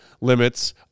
limits